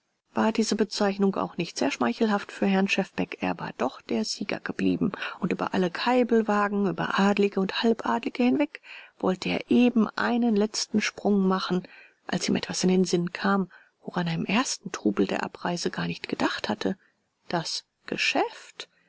war diese bezeichnung auch nicht sehr schmeichelhaft für herrn schefbeck er war doch der sieger geblieben und über alle kaiblwagen über adlige und halbadlige hinweg wollte er eben einen letzten sprung machen als ihm etwas in den sinn kam woran er im ersten trubel der abreise gar nicht gedacht hatte das geschäft